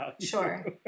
Sure